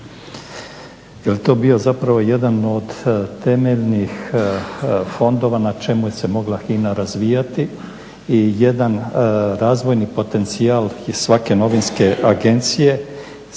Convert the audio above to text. je li to bio zapravo jedan od temeljnih fondova na čemu se mogla HINA razvijati i jedan razvojni potencijal je svake novinske agencije,